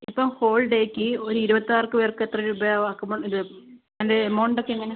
ഇപ്പം ഹോൾ ഡേയ്ക്ക് ഒരു ഇരുപത്താറു പേർക്ക് എത്ര രൂപയാവും അക്കുമ്പം ഇത് അത് എമൗണ്ടൊക്കെ എങ്ങനെയാണ്